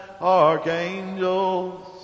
archangels